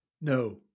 No